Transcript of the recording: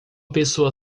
pessoa